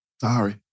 Sorry